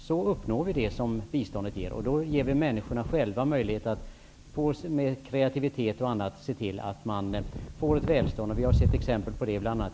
Så uppnår vi det som biståndet avser. Därmed ger vi människorna möjlighet att själva genom bl.a. kreatitivitet se till att det blir välstånd. Vi har sett exempel på det bl.a.